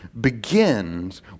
begins